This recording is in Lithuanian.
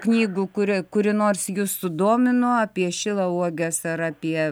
knygų kuri kuri nors jus sudomino apie šilauoges ar apie